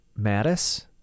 Mattis